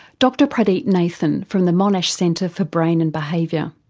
dr pradeep nathan from the monash centre for brain and behaviour.